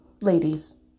ladies